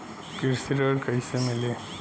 कृषि ऋण कैसे मिली?